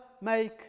make